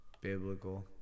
Biblical